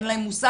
אין להם מושג.